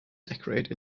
decorate